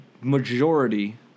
majority